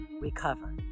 recover